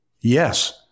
yes